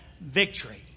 victory